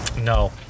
no